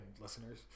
listeners